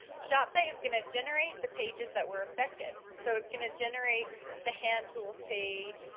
shopsite is going to generate the pages that were affected. so it's going to generate the hand tools page,